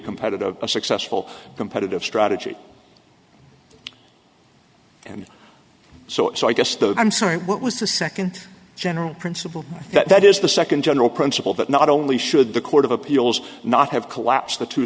competitive a successful competitive strategy and so so i guess those i'm sorry what was the second general principle that is the second general principle that not only should the court of appeals not have collapsed the two